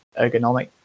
ergonomic